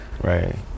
Right